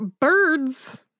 Birds